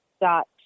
dot